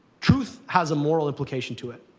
truth has a moral implication to it.